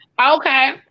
Okay